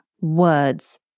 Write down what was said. words